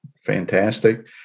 fantastic